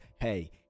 hey